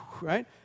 right